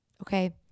okay